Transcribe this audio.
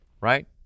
right